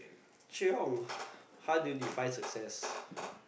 Choi-Hong how do you define success